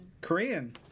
Korean